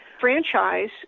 franchise